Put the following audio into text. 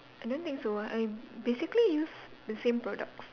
I don't think so I basically use the same products